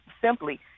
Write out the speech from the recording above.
simply